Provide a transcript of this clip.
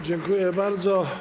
Dziękuję bardzo.